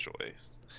choice